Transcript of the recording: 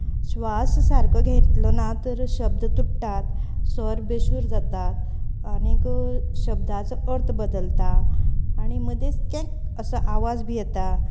श्वास सारको घेतलो ना तर शब्द तुडटात स्वर बेसूर जातात आनीक शब्दाचो अर्थ बदलता आनीक मदेंच केक आसो आवाज बी येता